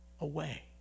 away